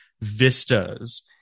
vistas